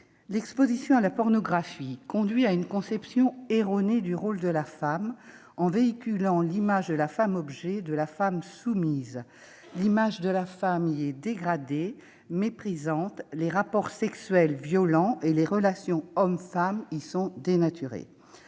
L'exposition à la pornographie conduit à une conception erronée du rôle de la femme, en véhiculant l'image de la femme-objet, de la femme soumise. L'image de la femme y est dégradée, méprisante, les rapports sexuels violents et les relations entre les hommes et les femmes dénaturées.